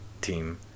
team